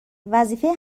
وظیفه